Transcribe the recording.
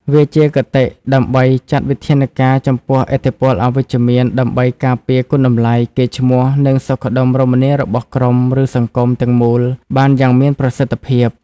វាជាគតិ ដើម្បីចាត់វិធានការចំពោះឥទ្ធិពលអវិជ្ជមាន ដើម្បីការពារគុណតម្លៃ កេរ្តិ៍ឈ្មោះ និងសុខដុមរមនារបស់ក្រុម ឬសង្គមទាំងមូលបានយ៉ាងមានប្រសិទ្ធិភាព។